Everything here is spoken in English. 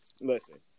listen